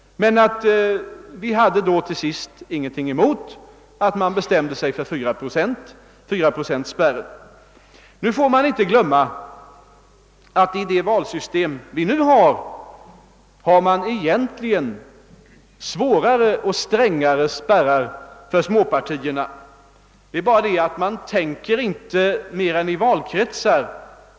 Mot slutet ville vi emellertid inte motsätta oss att den sattes vid 4 procent. Och då skall vi inte glömma att med nuvarande valsystem är spärrarna egentligen ännu strängare för småpartierna. Det är bara det att man nu tänker i valkretsar.